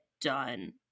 done